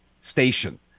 station